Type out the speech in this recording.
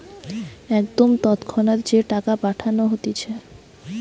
একদম তৎক্ষণাৎ যে টাকা পাঠানো হতিছে